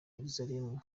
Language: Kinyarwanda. yerusalemu